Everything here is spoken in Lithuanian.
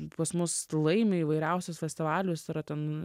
pas mus laimi įvairiausius festivalius yra ten